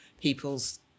people's